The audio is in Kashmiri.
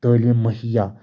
تٲلیٖم مہیّا